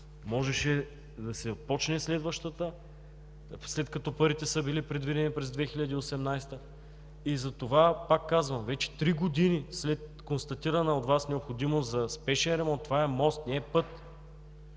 можеше да се започне следващата, след като парите са били предвидени през 2018-а. Повтарям, вече три години след констатирана от Вас необходимост за спешен ремонт – това е мост, не е път.